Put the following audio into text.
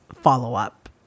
follow-up